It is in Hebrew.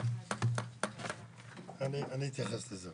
אני מתכבד לפתוח את ועדת הפנים והגנת הסביבה.